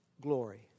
glory